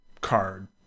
card